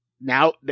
Now